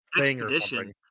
expedition